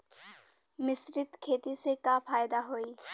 मिश्रित खेती से का फायदा होई?